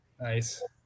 Nice